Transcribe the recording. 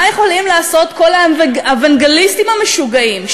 מה יכולים לעשות כל האוונגליסטים המשוגעים?